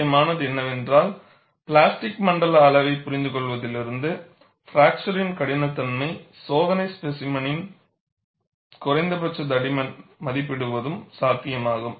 முக்கியமானது என்னவென்றால் பிளாஸ்டிக் மண்டல அளவைப் புரிந்துகொள்வதிலிருந்து பிராக்சர் கடினத்தன்மை சோதனை ஸ்பேசிமெனின் குறைந்தபட்ச தடிமன் மதிப்பிடுவதும சாத்தியமாகும்